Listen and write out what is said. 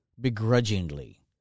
begrudgingly